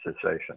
cessation